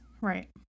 right